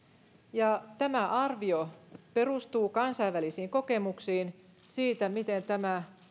ja tämä arvio perustuu kansainvälisiin kokemuksiin siitä miten tämä